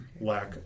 lack